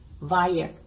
via